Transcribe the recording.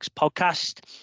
podcast